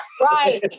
Right